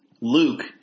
Luke